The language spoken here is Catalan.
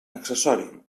accessori